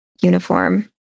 uniform